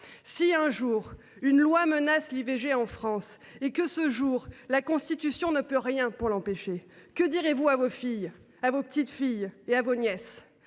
Si, un jour, une loi menace l’IVG en France et si, ce jour, la Constitution ne peut rien pour l’empêcher, que direz vous, chers collègues, à vos filles, à vos petites filles et à vos nièces ?